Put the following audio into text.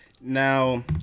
Now